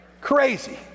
crazy